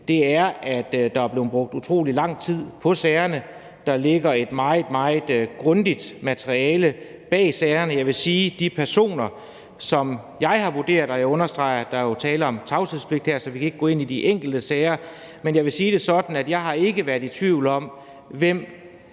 er, at der er blevet brugt utrolig lang tid på sagerne og der ligger et meget, meget grundigt materiale bag sagerne. Jeg vil sige, at i forhold til de personer, som jeg har vurderet – og jeg understreger, at der jo er tale om tavshedspligt her, så vi kan ikke gå ind i de enkelte sager – har jeg ikke været i tvivl om, hvem